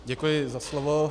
Děkuji za slovo.